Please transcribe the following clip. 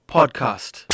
Podcast